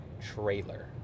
trailer